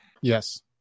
Yes